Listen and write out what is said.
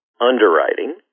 underwriting